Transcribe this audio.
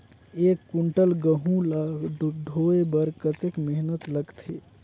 एक कुंटल गहूं ला ढोए बर कतेक मेहनत लगथे?